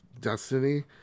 Destiny